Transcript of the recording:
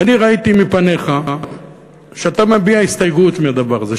ואני ראיתי מפניך שאתה מביע הסתייגות מהדבר הזה,